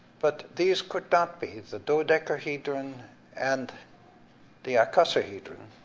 but these could not be, the dodecahedron and the icosahedron.